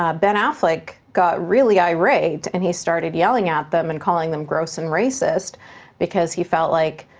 ah ben affleck got really irate and he started yelling at them, and calling them gross and racist because he felt like,